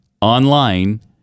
online